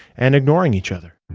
and ignoring each other